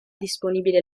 disponibile